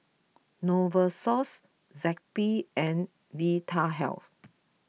Novosource Zappy and Vitahealth